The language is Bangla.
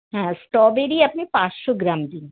হ্যাঁ স্টবেরি আপনি পাঁচশো গ্রাম দিন